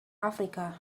africa